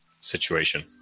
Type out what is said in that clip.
situation